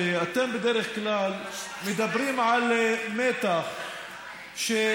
שאתם בדרך כלל מדברים על מתח שטמון